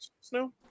snow